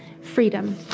freedom